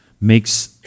makes